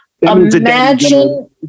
imagine